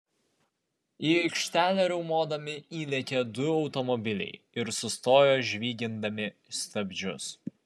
į aikštelę riaumodami įlėkė du automobiliai ir sustojo žvygindami stabdžius